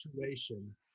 situation